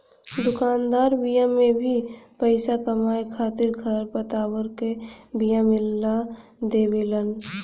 दुकानदार बिया में भी पईसा कमाए खातिर खरपतवार क बिया मिला देवेलन